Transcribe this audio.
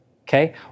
Okay